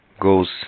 goes